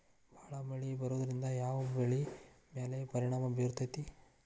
ಭಾಳ ಮಳಿ ಬರೋದ್ರಿಂದ ಯಾವ್ ಬೆಳಿ ಮ್ಯಾಲ್ ಪರಿಣಾಮ ಬಿರತೇತಿ?